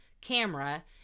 camera